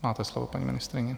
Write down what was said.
Máte slovo, paní ministryně.